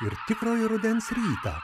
ir tikrojo rudens rytą